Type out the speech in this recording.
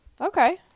Okay